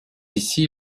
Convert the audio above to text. ici